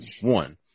one